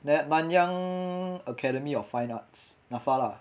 that nanyang academy of fine arts N_A_F_A lah